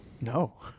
No